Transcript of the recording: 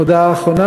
הודעה אחרונה.